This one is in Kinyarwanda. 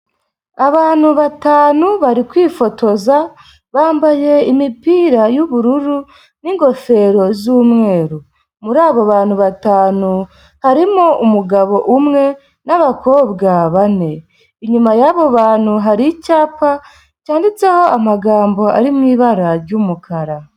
Abantu batanu bari kwifotoza bambaye imipira y'ubururu n'ingofero z'umweru, muri abo bantu batanu harimo umugabo umwe n'abakobwa bane, inyuma yabo bantu hari icyapa cyanditseho amagambo ari mu ibara ry'umukara.